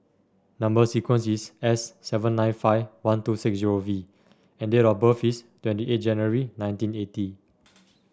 number sequence is S seven nine five one two six zero V and date of birth is twenty eight January nineteen eighty